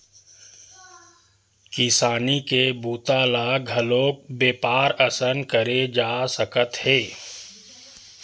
किसानी के बूता ल घलोक बेपार असन करे जा सकत हे